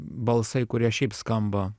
balsai kurie šiaip skamba